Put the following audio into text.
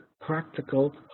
practical